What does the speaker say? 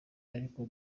ariko